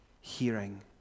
hearing